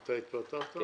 אתה התפטרת?